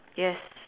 yes